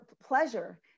pleasure